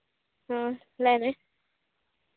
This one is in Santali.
ᱚ ᱞᱟᱹᱭ ᱢᱮ